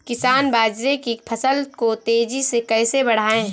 किसान बाजरे की फसल को तेजी से कैसे बढ़ाएँ?